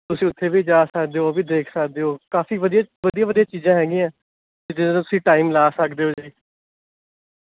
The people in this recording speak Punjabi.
ਤੁਸੀਂ ਉੱਥੇ ਵੀ ਜਾ ਸਕਦੇ ਹੋ ਉਹ ਵੀ ਦੇਖ ਸਕਦੇ ਹੋ ਕਾਫ਼ੀ ਵਧੀਆ ਵਧੀਆ ਵਧੀਆ ਚੀਜ਼ਾਂ ਹੈਗੀਆਂ ਹੈ ਜੇ ਤਾਂ ਤੁਸੀਂ ਟਾਈਮ ਲਗਾ ਸਕਦੇ ਹੋ ਜੀ